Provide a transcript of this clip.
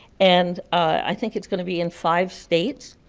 and i think it's going to be in five states,